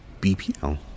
BPL